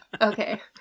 Okay